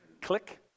Click